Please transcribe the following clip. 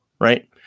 Right